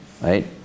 right